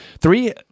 Three